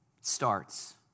starts